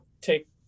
take